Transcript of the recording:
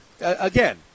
again